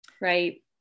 Right